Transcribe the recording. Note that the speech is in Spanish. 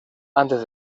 antes